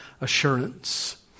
assurance